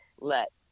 let